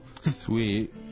Sweet